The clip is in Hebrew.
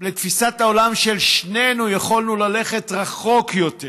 לתפיסת העולם של שנינו יכולנו ללכת רחוק יותר